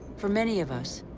for many of us,